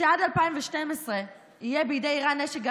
שעד 2012 יהיה בידי איראן נשק גרעיני,